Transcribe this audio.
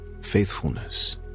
faithfulness